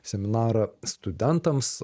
seminarą studentams